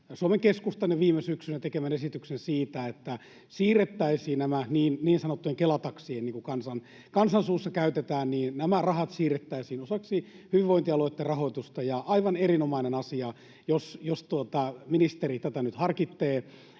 Suomen Keskustan viime syksynä tekemän esityksen siitä, että siirrettäisiin nämä niin sanottujen Kela-taksien — niin kuin kansan suussa käytetään — rahat osaksi hyvinvointialueitten rahoitusta, ja on aivan erinomainen asia, jos ministeri tätä nyt harkitsee.